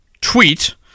tweet